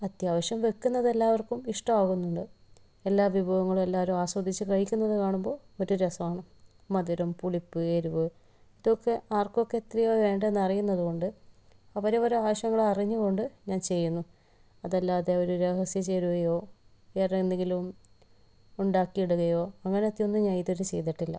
അത്യാവശ്യം വെക്കുന്നത് എല്ലാവർക്കും ഇഷ്ടമാകുന്നുണ്ട് എല്ലാ വിഭവങ്ങളും എല്ലാവരും ആസ്വദിച്ചു കഴിക്കുന്നത് കാണുമ്പോൾ ഒരു രസമാണ് മധുരം പുളിപ്പ് എരുവ് ഇതൊക്കെ ആർക്കൊക്കെ എത്രയാണ് വേണ്ടതെന്ന് അറിയുന്നതു കൊണ്ട് അവരവരുടെ ആവശ്യങ്ങൾ അറിഞ്ഞു കൊണ്ട് ഞാൻ ചെയ്യുന്നു അതല്ലാതെ ഒരു രഹസ്യ ചേരുവയോ വേറെ എന്തെങ്കിലും ഉണ്ടാക്കി ഇടുകയോ അങ്ങനത്തെ ഒന്നും ഞാൻ ഇതുവരെ ചെയ്തിട്ടില്ല